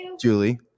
julie